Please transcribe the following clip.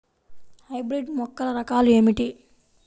Hybrid మొక్కల రకాలు ఏమిటి?